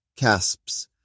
CASPs